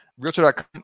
realtor.com